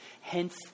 Hence